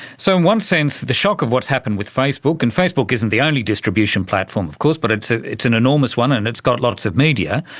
so in one sense the shock of what has happened with facebook, and facebook isn't the only distribution platform of course but it's an enormous one and it's got lots of media,